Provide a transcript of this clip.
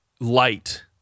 light